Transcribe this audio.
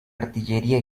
artillería